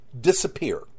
disappear